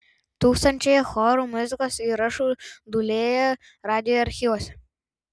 tūkstančiai chorų muzikos įrašų dūlėja radijo archyvuose